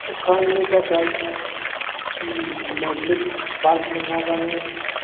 साननि थाखाय मोब्लिब बाल्ब नङाब्लानो